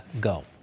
Go